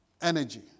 energy